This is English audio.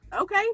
Okay